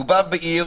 מדובר בעיר